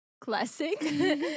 classic